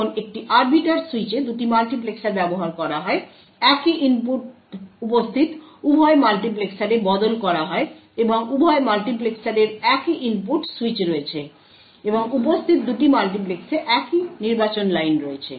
এখন একটি আরবিটার সুইচে দুটি মাল্টিপ্লেক্সার ব্যবহার করা হয় একই ইনপুট উপস্থিত উভয় মাল্টিপ্লেক্সারে বদল করা হয় এবং উভয় মাল্টিপ্লেক্সারের একই ইনপুট সুইচ রয়েছে এবং উপস্থিত দুটি মাল্টিপ্লেক্সে একই নির্বাচন লাইন রয়েছে